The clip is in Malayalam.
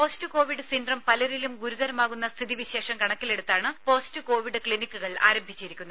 പോസ്റ്റ് കോവിഡ് സിൻഡ്രം പലരിലും ഗുരുതരമാകുന്ന സ്ഥിതി വിശേഷം കണക്കിലെടുത്താണ് പോസ്റ്റ് കോവിഡ് ക്റ്റിനിക്കുകൾ ആരംഭിച്ചിരിക്കുന്നത്